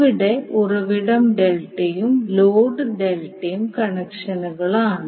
ഇവിടെ ഉറവിടം ഡെൽറ്റയും ലോഡ് ഡെൽറ്റയും കണക്ഷനുകളാണ്